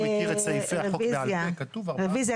בני בגין,